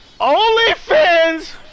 OnlyFans